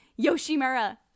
Yoshimura